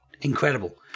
incredible